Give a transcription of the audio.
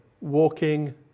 walking